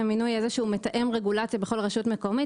מינוי איזשהו מתאם רגולציה בכל רשות מקומית.